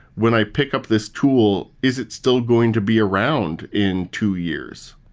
when i pick up this tool, is it still going to be around in two years?